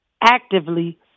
actively